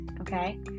okay